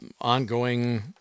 ongoing